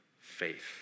faith